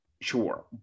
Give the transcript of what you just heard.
sure